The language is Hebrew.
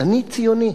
אני ציוני,